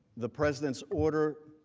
the president's order